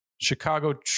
Chicago